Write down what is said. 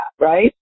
right